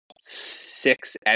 six